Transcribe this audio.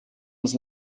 uns